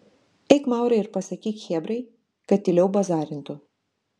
eik maurai ir pasakyk chebrai kad tyliau bazarintų